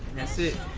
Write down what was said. that's it.